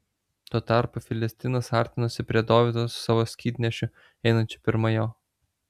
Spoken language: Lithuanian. tuo tarpu filistinas artinosi prie dovydo su savo skydnešiu einančiu pirma jo